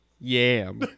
Yam